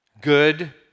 Good